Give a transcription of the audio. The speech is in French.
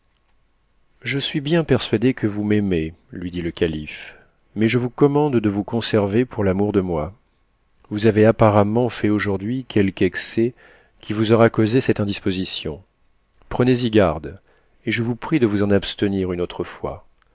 je suis bien persuadé que vous m'aimez lui dit le calife mais je vous commande de vous conserver pour l'amour de moi vous avez apparemment fait aujourd'hui quelque excès qui vous aura causé cette indisposition prenez-y garde et je vous prie de vous en abstenir une autre fois